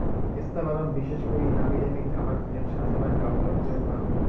পেস্তা বাদাম বিশেষ করি নামিদামি খাবার প্লেট সাজেবার কামাইয়ত চইল করাং হই